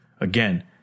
Again